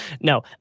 No